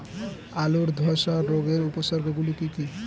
আলুর ধ্বসা রোগের উপসর্গগুলি কি কি?